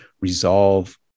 resolve